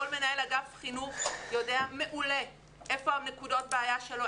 כל מנהל אגף חינוך יודע מעולה איפה נקודות הבעיה שלו,